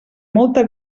molta